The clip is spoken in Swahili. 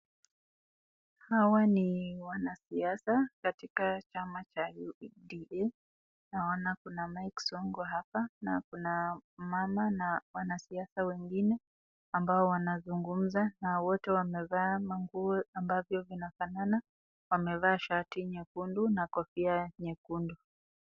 Hawa ni wanasiasa katika chama cha UDA, naona kuna Mike Sonko hapa na kuna mmama na wanasiasa wengine ambao wanazungumza na wote wamevaa manguo ambavyo inafanana. Wamevaa shati nyekundu na kofia nyekundu.